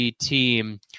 team